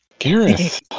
Gareth